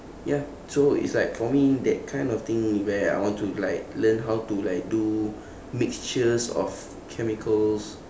ya so it's like for me that kind of thing where I want to like learn how to like do mixtures of chemicals